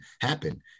happen